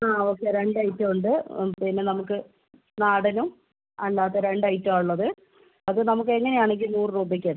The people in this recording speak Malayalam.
ഓക്കെ രണ്ട് ഐറ്റമുണ്ട് പിന്നെ നമുക്ക് നാടനും അല്ലാതെ രണ്ട് ഐറ്റമുള്ളത് അത് നമുക്ക് അങ്ങനെ ആണെങ്കിൽ നൂറ് രൂപക്കെടുക്കാം